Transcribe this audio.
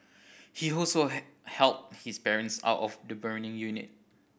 he also helped his parents out of the burning unit